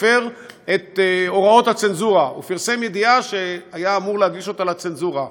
הפר את הוראות הצנזורה ופרסם ידיעה שהיה אמור להגיש אותה לצנזורה.